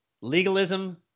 Legalism